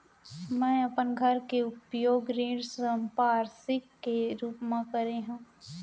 मै अपन घर के उपयोग ऋण संपार्श्विक के रूप मा करे हव